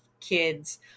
kids